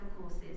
courses